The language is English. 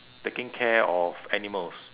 taking care of animals